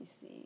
see